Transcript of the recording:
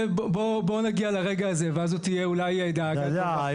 בוא נגיע לרגע הזה ואז זו תהיה אולי דאגה --- אתה יודע,